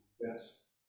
Yes